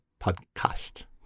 Podcast